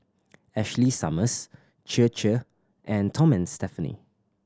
Ashley Summers Chir Chir and Tom and Stephanie